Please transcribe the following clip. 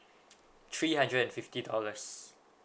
three hundred and fifty dollars